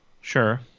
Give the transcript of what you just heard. Sure